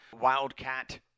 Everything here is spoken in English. Wildcat